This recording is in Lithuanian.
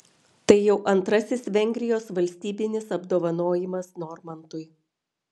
tai jau antrasis vengrijos valstybinis apdovanojimas normantui